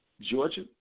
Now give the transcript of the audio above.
Georgia